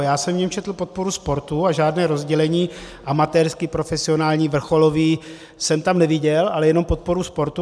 Já jsem v něm četl podporu sportu a žádné rozdělení amatérský, profesionální, vrcholový jsem tam neviděl, ale jenom podporu sportu.